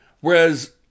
Whereas